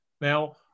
Now